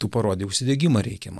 tu parodei užsidegimą reikiamą